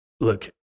look